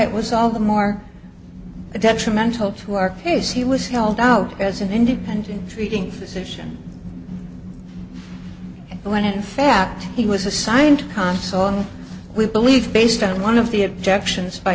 it was all the more detrimental to our case he was held out as an independent treating physician when in fact he was assigned console and we believe based on one of the objections by